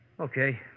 Okay